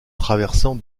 traversant